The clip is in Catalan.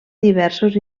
diversos